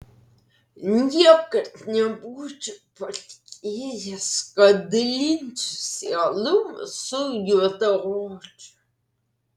niekad nebūčiau patikėjęs kad dalinsiuosi alum su juodaodžiu